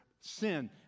sin